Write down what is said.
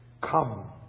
come